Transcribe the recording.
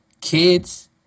kids